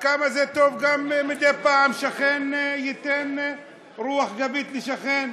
וכמה זה טוב גם מדי פעם ששכן ייתן רוח גבית לשכן.